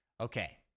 Okay